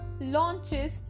launches